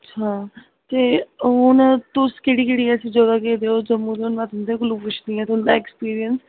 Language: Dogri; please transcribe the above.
हां ते हून तुस केह्ड़ी केह्ड़ी ऐसी जगह गेदे ओ तुस जम्मू दे ओ में तुं'दे कोलुं पुच्छनी आं तुं'दा ऐक्सपीरियन्स